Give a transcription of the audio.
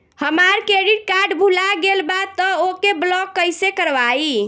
हमार credit card भुला गएल बा त ओके ब्लॉक कइसे करवाई?